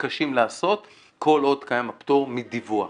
מתקשים לעשות כל עוד קיים הפטור מדיווח.